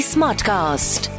Smartcast